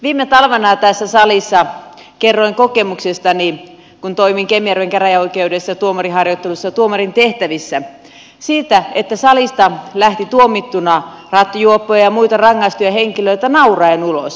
viime talvena tässä salissa kerroin kokemuksistani kun toimin kemijärven käräjäoikeudessa tuomariharjoittelussa tuomarin tehtävissä ja salista lähti tuomittuina rattijuoppoja ja muita rangaistuja henkilöitä nauraen ulos